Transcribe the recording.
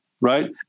right